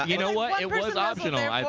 you know what? it was optional,